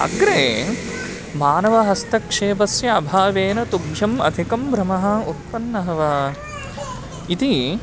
अग्रे मानवहस्तक्षेपस्य अभावेन तुभ्यम् अधिकं भ्रमः उत्पन्नः वा इति